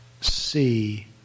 see